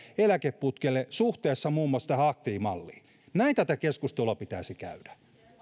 eläkeputkelle suhteessa muun muassa aktiivimalliin näin tätä keskustelua pitäisi käydä